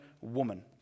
woman